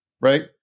right